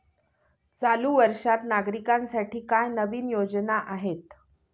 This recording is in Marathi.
चालू वर्षात नागरिकांसाठी काय नवीन योजना आहेत?